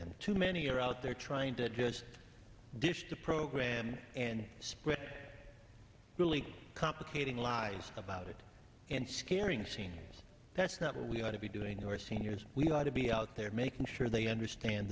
them too many are out there trying to just get the program and spread really complicating lie about it and scaring scenes that's not what we ought to be doing or seniors we ought to be out there making sure they understand